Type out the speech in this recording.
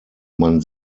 man